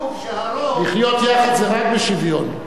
לחיות יחד זה רק בשוויון.